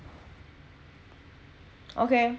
okay